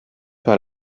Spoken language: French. par